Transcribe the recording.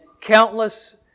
countless